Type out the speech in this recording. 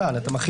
זהה.